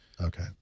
Okay